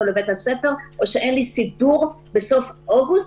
לבית הספר או שאין סידור בסוף אוגוסט,